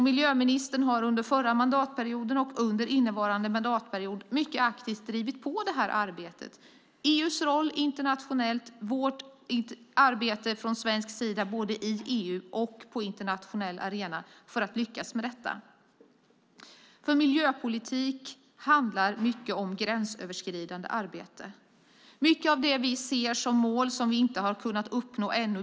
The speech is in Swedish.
Miljöministern har under förra mandatperioden och under innevarande mandatperiod mycket aktivt drivit på det här arbetet. Det handlar om EU:s roll internationellt och vårt arbete från svensk sida, både i EU och på internationell arena, för att lyckas med detta. För miljöpolitik handlar mycket om gränsöverskridande arbete. Vi ser mål som vi inte har kunnat uppnå ännu.